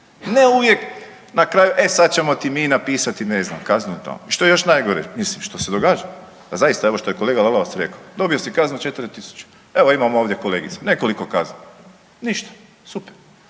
Ne uvijek na kraju, e sada ćemo ti mi napisat, ne znam kaznu i … I što je još najgore, mislim što se događalo da zaista evo što je kolega Lalovac rekao, dobio si kaznu 4.000 evo imamo ovdje kolegice nekoliko kazni. Ništa, super,